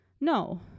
No